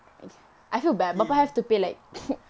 him